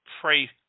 pray